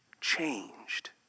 changed